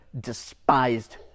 despised